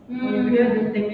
mm